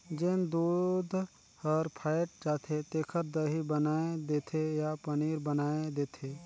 जेन दूद हर फ़ायट जाथे तेखर दही बनाय देथे या पनीर बनाय देथे